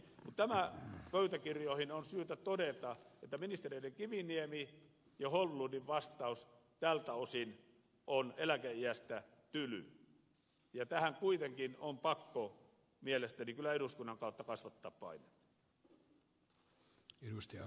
tämä pöytäkirjoihin on syytä todeta että ministeri kiviniemen ja ministeri holmlundin vastaukset tältä osin eläkeiästä ovat tylyjä ja tähän kuitenkin on pakko mielestäni kyllä eduskunnan kautta kasvattaa painetta